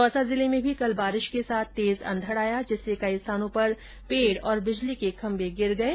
दौसा जिले में भी कल बारिश के साथ तेज अंधड आया जिससे कई स्थानो पर पेड और बिजली के खम्भे गिर गये